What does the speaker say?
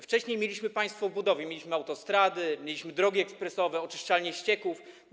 Wcześniej mieliśmy państwo w budowie, mieliśmy autostrady, mieliśmy drogi ekspresowe, oczyszczalnie ścieków.